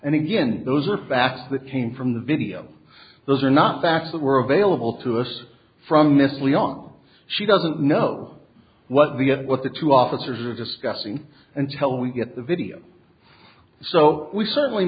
and again those are facts that came from the video those are not facts that were available to us from this leon she doesn't know what the it what the two officers are discussing until we get the video so we certainly